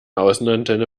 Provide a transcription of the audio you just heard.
außenantenne